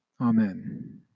Amen